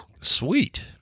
Sweet